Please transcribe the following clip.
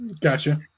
Gotcha